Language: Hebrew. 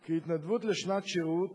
כי התנדבות לשנת שירות